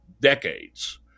decades